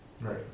Right